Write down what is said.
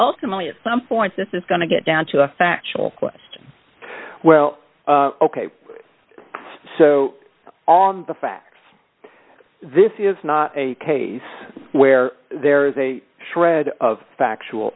ultimately at some point this is going to get down to a factual question well ok so on the facts this is not a case where there is a shred of factual